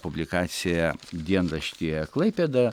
publikacija dienraštyje klaipėda